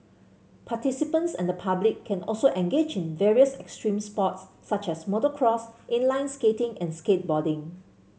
participants and the public can also engage in various extreme sports such as motocross inline skating and skateboarding